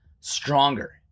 stronger